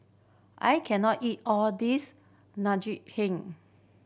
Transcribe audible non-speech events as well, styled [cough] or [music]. I can not eat all this [unintelligible]